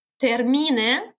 termine